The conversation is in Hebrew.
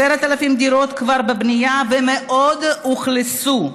10,000 דירות כבר בבנייה ומאות אוכלסו.